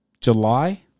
July